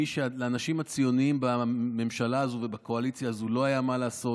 לאנשים הציונים בממשלה הזו ובקואליציה הזו לא היה מה לעשות.